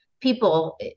people